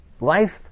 Life